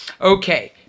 Okay